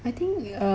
when